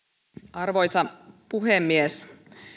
arvoisa puhemies